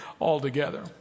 altogether